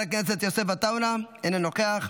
חברת הכנסת יוסף עטאונה, אינו נוכח,